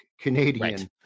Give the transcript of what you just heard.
Canadian